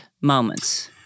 moments